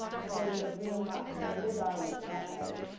according to blumenbach and later darwin for that matter,